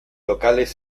locales